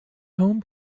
home